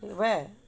where